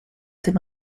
dem